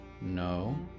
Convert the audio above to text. No